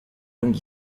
longue